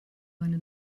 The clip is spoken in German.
meine